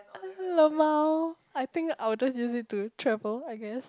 lmao I think I will just use it to travel I guess